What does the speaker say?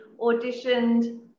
auditioned